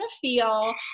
feel